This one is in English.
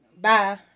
bye